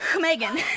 Megan